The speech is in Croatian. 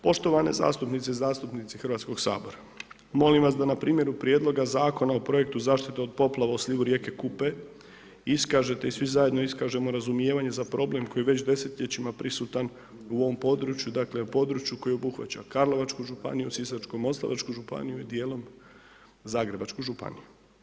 Poštovane zastupnice i zastupnici Hrvatskoga sabora, molim vas da na primjeru Prijedloga zakona o Projektu zaštite od poplava u slivu rijeke Kupe iskažete i svi zajedno iskažemo razumijevanje za problem koji je već desetljećima prisutan u ovom području, dakle u području koje obuhvaća Karlovačku županiju, Sisačko-moslavačku županiju i dijelom Zagrebačku županiju.